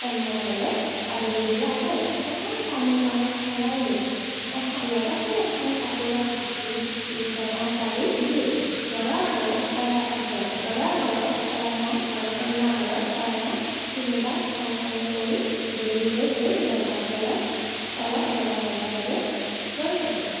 কইনা ঘৰে আদৰিবলৈ আহে এখন তামোল পাণৰ শৰাই লৈ এখন লগতে এখন কাপোৰৰ ঢাকি বিচনা পাৰি দিয়ে দৰা ঘৰে শৰাই আগবঢ়াই দৰা ঘৰৰ শৰাইখন আৰু কইনা ঘৰৰ শৰাইখন তিনিবাৰ সাল সলনি কৰি আদৰি লৈ গৈ ৰভাৰ তলৰ তলত দৰা ঘৰৰ বাবে ৰৈ থাকে